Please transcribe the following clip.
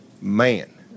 man